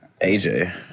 AJ